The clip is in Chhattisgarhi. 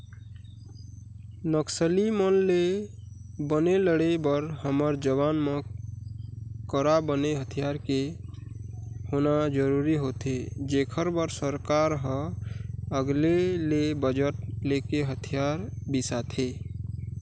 नक्सली मन ले बने लड़े बर हमर जवान मन करा बने हथियार के होना जरुरी होथे जेखर बर सरकार ह अलगे ले बजट लेके हथियार बिसाथे